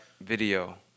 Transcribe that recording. video